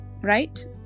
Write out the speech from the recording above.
right